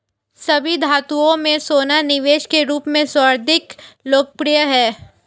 सभी धातुओं में सोना निवेश के रूप में सर्वाधिक लोकप्रिय है